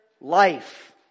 life